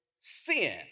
sin